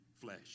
flesh